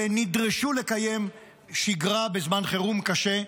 ונדרשו לקיים שגרה בזמן חירום קשה,